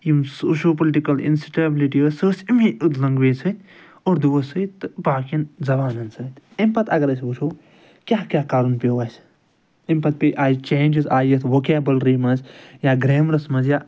یِم socio political instability ٲسۍ سٔہ ٲسۍ أمی لَنٛگویج سۭتۍ اُردُوَس سۭتۍ تہٕ باقِیَن زبانَن سۭتۍ أمۍ پتہٕ اگر أسۍ وُچھَو کیٛاہ کیٛاہ کَرُن پیو اَسہِ أمۍ پتہٕ آیہِ چینجٕز آیہِ یَتھ وۄکیببٕلری منٛز یا گرایمرَس منٛز یا